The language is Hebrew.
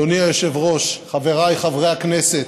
אדוני היושב-ראש, חבריי חברי הכנסת,